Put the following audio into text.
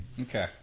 Okay